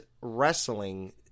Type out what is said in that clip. wrestling